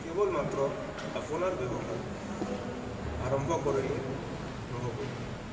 কেৱল মাত্ৰ আপোনাৰ ব্যৱসায় আৰম্ভ কৰিলে নহ'ব